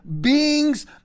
beings